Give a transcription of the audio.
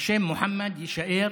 השם מוחמד יישאר